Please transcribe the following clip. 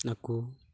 ᱱᱩᱠᱩ